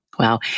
Wow